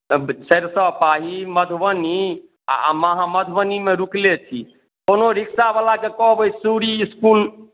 सरिसब पाही मधुबनी आ अहाँ मधुबनीमे रुकले छी कोनो रिक्शावलाके कहबै सूरी इसकुल